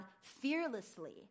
fearlessly